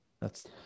that's-